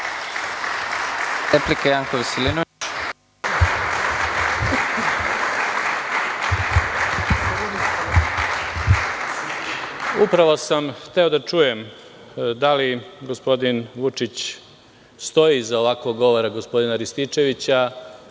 Upravo sam hteo da čujem da li gospodin Vučić stoji iza ovakvog govora gospodina Rističevića,